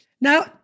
now